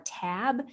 tab